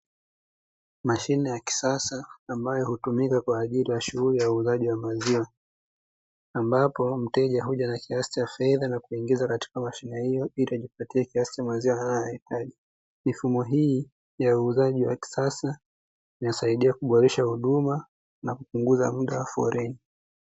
Mashine ya kisasa ambayo hutumika kwa shughuri ya uuzaji wa maziwa ,ambapo mteja huja na kiasi cha fedha na kuingiza katika mashine hiyo ili ajipatie kiasi cha maziwa anayo yahitaji. Mifumo hii ya uuzaji wa ,kisasa inasaidia kuboresha huduma na kupunguza muda wa foleni.